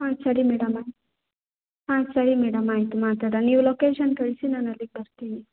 ಹಾಂ ಸರಿ ಮೇಡಮ್ ಆಯ್ತು ಹಾಂ ಸರಿ ಮೇಡಮ್ ಆಯಿತು ಮಾತಾಡೋಣ ನೀವು ಲೊಕೇಶನ್ ಕಳಿಸಿ ನಾನು ಅಲ್ಲಿಗೆ ಬರ್ತೀನಿ